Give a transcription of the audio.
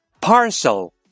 Parcel